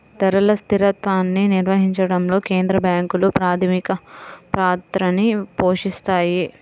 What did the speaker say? ధరల స్థిరత్వాన్ని నిర్వహించడంలో కేంద్ర బ్యాంకులు ప్రాథమిక పాత్రని పోషిత్తాయి